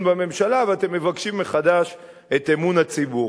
בממשלה ואתם מבקשים מחדש את אמון הציבור.